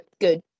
good